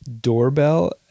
doorbell